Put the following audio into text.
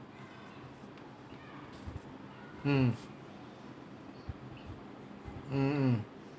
mm mm mm